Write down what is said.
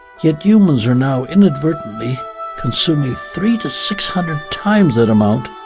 yet, humans are now inadvertently consuming three to six hundred times that amount,